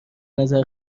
نظر